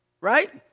Right